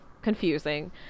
Confusing